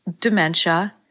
dementia